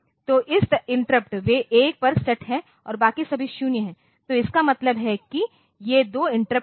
तो इस इंटरप्ट वे 1 पर सेट हैं और बाकी सभी 0 हैं तो इसका मतलब है कि ये दो इंटरप्ट हैं